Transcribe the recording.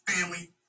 family